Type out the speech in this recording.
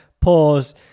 Pause